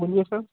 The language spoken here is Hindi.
बोलिए सर